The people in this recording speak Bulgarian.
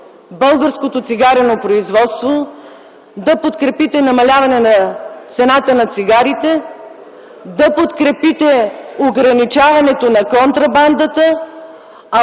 българското цигарено производство, да подкрепите намаляване на цената на цигарите, да подкрепите ограничаването на контрабандата, а